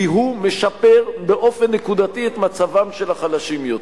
כי הוא משפר באופן נקודתי את מצבם של החלשים יותר.